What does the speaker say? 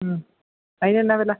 മ് അതിന് എന്നാ വില